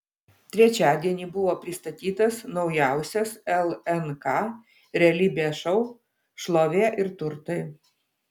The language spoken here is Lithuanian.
trečiadienį buvo pristatytas naujausias lnk realybės šou šlovė ir turtai